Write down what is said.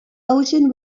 ocean